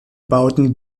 bauten